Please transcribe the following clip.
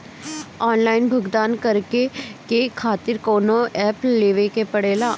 Online भुगतान करके के खातिर कौनो ऐप लेवेके पड़ेला?